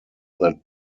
that